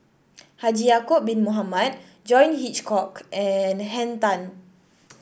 Haji Ya'acob Bin Mohamed John Hitchcock and Henn Tan